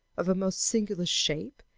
of a most singular shape,